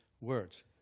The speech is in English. Words